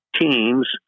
teams